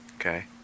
okay